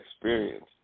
experience